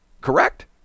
correct